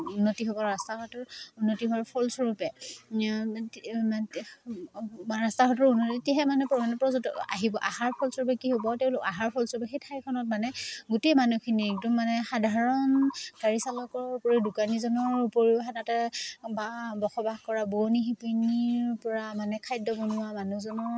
উন্নতি হ'ব ৰাস্তা ঘাটৰ উন্নতি হোৱাৰ ফলস্বৰূপে ৰাস্তা ঘাটৰ ফলস্বৰূপে কি হ'ব তেওঁলোক অহাৰ ফলস্বৰূপে সেই ঠাইখনত মানে গোটেই মানুহখিনি একদম মানে সাধাৰণ গাড়ী চালকৰ উপৰি দোকানীজনৰ উপৰিও বা বসবাস কৰা বোৱনী শিপিনীৰ পৰা মানে খাদ্য বনোৱা মানুহজনৰ